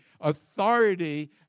Authority